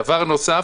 דבר נוסף,